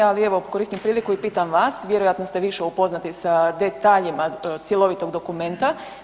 Ali evo koristim priliku i pitam vas, vjerojatno ste više upoznati sa detaljima cjelovitog dokumenta.